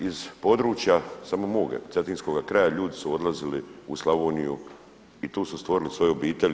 Iz područja samo mog Cetinskoga kraja ljudi su odlazili u Slavoniju i tu su stvorili svoju obitelj.